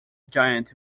giant